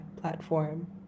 platform